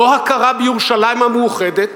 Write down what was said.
לא הכרה בירושלים המאוחדת,